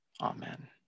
Amen